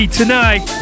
tonight